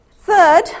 Third